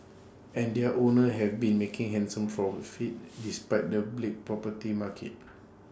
and their owners have been making handsome profits despite the bleak property market